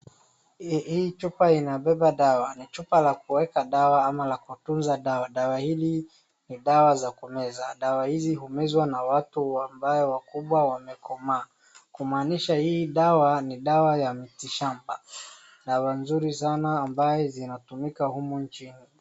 Hii chupa inabeba dawa ni chupa la kuweka dawa au la kutunza dawa, dawa hili ni dawa za kumeza. Dawa hizi humezwa na watu ambao wakubwa wamekomaa, kumaanisha hii dawa ni dawa ya miti shamba. Dawa nzuri sana ambayo zinatumika humu nchini.